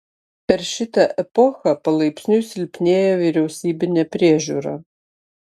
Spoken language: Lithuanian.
per šitą epochą palaipsniui silpnėja vyriausybinė priežiūra